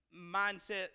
mindset